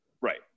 right